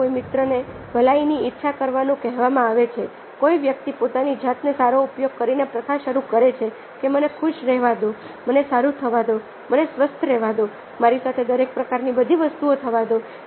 તમારા કોઈ મિત્રને ભલાઈની ઈચ્છા કરવાનું કહેવામાં આવે છેકોઈ વ્યક્તિ પોતાની જાતનો સારો ઉપયોગ કરીને પ્રથા શરૂ કરે છે કે મને ખુશ રહેવા દો મને સારું થવા દો મને સ્વસ્થ રહેવા દો મારી સાથે દરેક પ્રકારની બધી વસ્તુઓ થવા દો